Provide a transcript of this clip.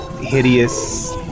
hideous